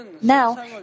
Now